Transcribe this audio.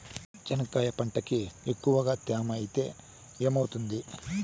చెనక్కాయ పంటకి ఎక్కువగా తేమ ఐతే ఏమవుతుంది?